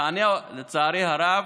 לצערי הרב,